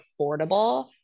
affordable